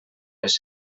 les